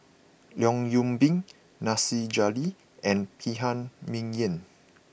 Leong Yoon Pin Nasir Jalil and Phan Ming Yen